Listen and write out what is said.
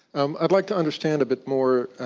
um i'd like to understand a bit more,